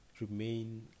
Remain